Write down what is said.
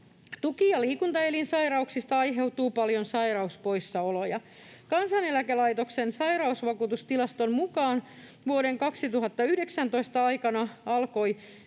Tuki- ja liikuntaelinsairauksista aiheutuu paljon sairauspoissaoloja. Kansaneläkelaitoksen sairausvakuutustilaston mukaan vuoden 2019 aikana alkoi